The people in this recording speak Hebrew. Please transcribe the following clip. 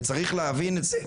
וצריך להבין את זה,